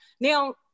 Now